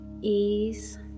ease